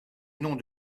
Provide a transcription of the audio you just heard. nom